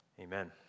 Amen